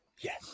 Yes